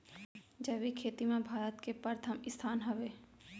जैविक खेती मा भारत के परथम स्थान हवे